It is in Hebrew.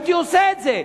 הייתי עושה את זה,